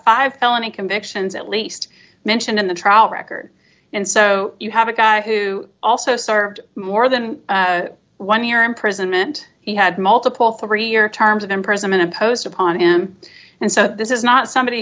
five felony convictions at least mention in the trial record and so you have a guy who also served more than one year imprisonment he had multiple three year terms of imprisonment imposed upon him and so this is not somebody